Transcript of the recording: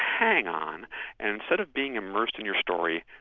hang on, and instead of being immersed in your story,